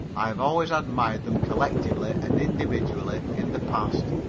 i have always admired them collectively and individually in the past,